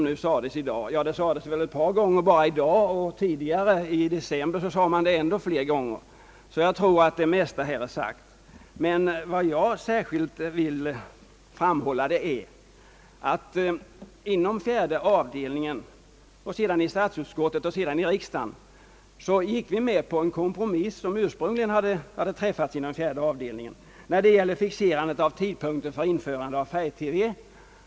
Ja, samma synpunkter har från reservanternas sida framförts flera gånger, och jag tror därför att det mesta är sagt. Men vad jag särskilt vill framhålla är att vi inom fjärde avdelningen och sedan inom hela statsutskottet och därefter i riksdagen gick med på en kompromiss som ursprungligen hade träffats inom fjärde avdelningen när det gällde fixerandet av tidpunkten för införande av färg-TV.